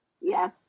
Yes